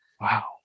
Wow